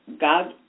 God